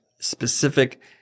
specific